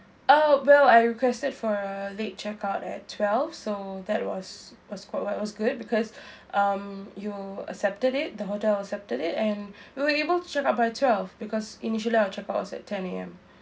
uh well I requested for a late check-out at twelve so that was was quite was good because um you accepted it the hotel accepted it and we were able to check out by twelve because initially our check-out was at ten A_M